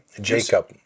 Jacob